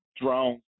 drone